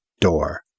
door